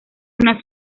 una